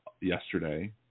yesterday